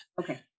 Okay